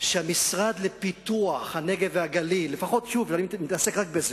שהמשרד לפיתוח הנגב והגליל, ואני מתעסק רק בזה,